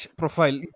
profile